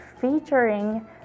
featuring